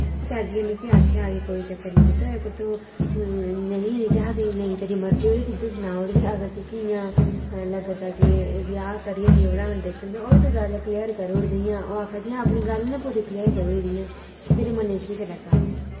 फ्ही दादियै मिकी आखेआ के कोई चक्कर नि पुत्तर अगर तू नेईं केह् आखदे नेईं तेरी मर्जी होई ते सिद्धे सनाई ओड़ ते अगर तुकी इयां लग्गा दा के ब्याह् करियै नि पढ़ा देङन ते ओह् बी तू गल्ल क्लियर करी ओड़ ते इयां ओह् आखै दियां अपनी गल्ल ना पूरी क्लियर करी ओड़ इयां तेरे मनै च केह् चलै दा